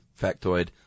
factoid